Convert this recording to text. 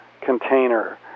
container